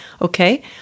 Okay